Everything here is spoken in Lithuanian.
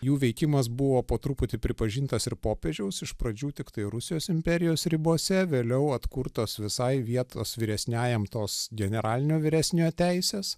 jų veikimas buvo po truputį pripažintas ir popiežiaus iš pradžių tiktai rusijos imperijos ribose vėliau atkurtos visai vietos vyresniajam tos generalinio vyresniojo teisės